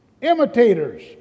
imitators